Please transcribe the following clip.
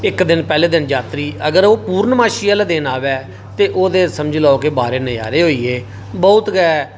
इक दिन पहले दिन यात्री अगर ओह् पूर्णमासी आहले दिन आवै ओहदे समझी लैओ कि बारे नजारे होई गे